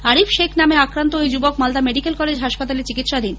আরিফ শেখ নামে আক্রান্ত ঐ যুবক মালদা মেডিকেল কলেজ হাসপাতালে চিকিৎসাধীন